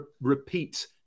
repeat